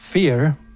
Fear